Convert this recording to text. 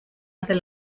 other